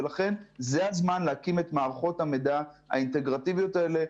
ולכן זה הזמן להקים את מערכות המידע האינטגרטיביות האלה.